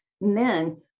men